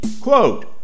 quote